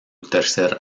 tercer